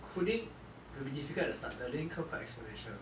coding will be difficult at the start the learning curve quite exponential